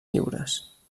lliures